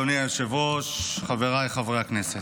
אדוני היושב-ראש, חבריי חברי הכנסת,